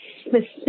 specific